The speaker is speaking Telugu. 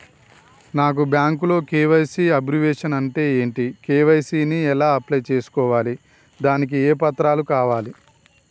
నాకు బ్యాంకులో కే.వై.సీ అబ్రివేషన్ అంటే ఏంటి కే.వై.సీ ని ఎలా అప్లై చేసుకోవాలి దానికి ఏ పత్రాలు కావాలి?